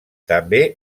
també